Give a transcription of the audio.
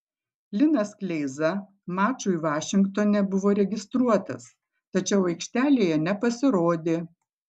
linas kleiza mačui vašingtone buvo registruotas tačiau aikštelėje nepasirodė